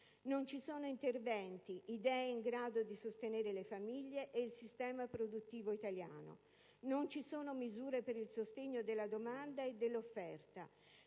Non ci sono interventi o idee in grado di sostenere le famiglie e il sistema produttivo italiano. Non ci sono misure per il sostegno della domanda e dell'offerta.